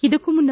ಇದಕ್ಕೂ ಮುನ್ನ